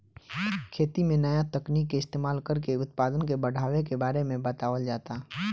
खेती में नया तकनीक के इस्तमाल कर के उत्पदान के बढ़ावे के बारे में बतावल जाता